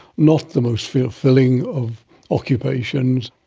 not the most fulfilling of occupations.